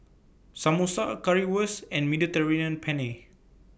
Samosa Currywurst and Mediterranean Penne